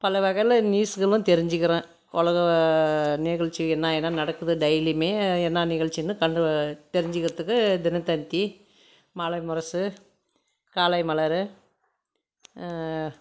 பலவகையில் நியூஸ்களும் தெரிஞ்சுக்கறோம் உலக நிகழ்ச்சி என்ன என்ன நடக்குது டெய்லியும் என்ன நிகழ்ச்சினு தெரிஞ்சுக்கிறத்துக்கு தினத்தந்தி மாலை முரசு காலை மலர்